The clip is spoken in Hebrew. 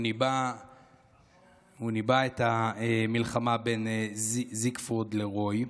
הוא ניבא את המלחמה בין זיגפריד לרוי.